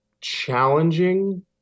challenging